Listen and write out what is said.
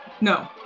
No